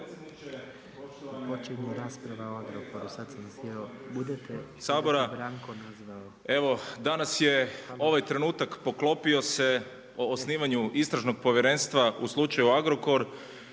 Sabora, evo danas je ovaj trenutak poklopio se o osnivanju Istražnog povjerenstva u slučaju Agrokor,